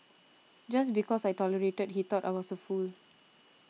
just because I tolerated he thought I was a fool